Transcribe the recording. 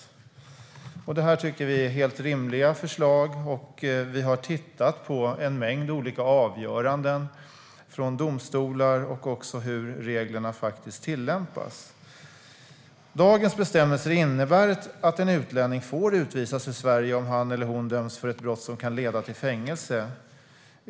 Vi tycker att dessa förslag är helt rimliga, och vi har tittat på en mängd olika avgöranden från domstolar och på hur reglerna faktiskt tillämpas. Dagens bestämmelser innebär att en utlänning får utvisas ur Sverige om han eller hon döms för ett brott som kan leda till fängelse.